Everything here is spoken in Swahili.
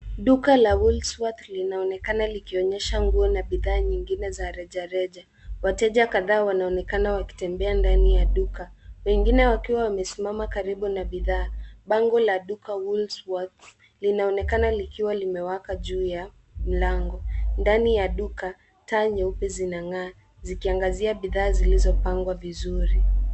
Duka la Woolworths linaonekana likionyesha nguo na bidhaa nyingine za rejareja. Wateja kadhaa wanaonekana wakitembea ndani ya duka, wengine wakiwa wamesimama karibu na bidhaa. Bango la duka, Woolworths, linaonekana likiwa limewaka juu ya mlango. Ndani ya duka taa nyeupe zinang'aa zikiangazia bidhaa zilizopangwa vizuri.